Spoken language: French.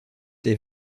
des